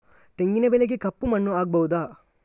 ತೆಂಗಿನ ಬೆಳೆಗೆ ಕಪ್ಪು ಮಣ್ಣು ಆಗ್ಬಹುದಾ?